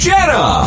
Jenna